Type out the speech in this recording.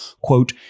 quote